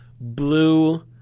blue